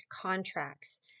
contracts